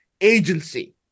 agency